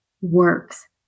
works